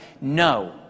no